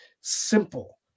simple